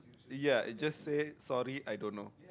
ya it just say sorry I don't know